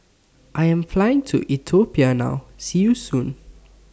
I Am Flying to Ethiopia now See YOU Soon